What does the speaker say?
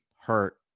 hurt